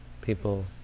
people